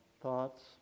thoughts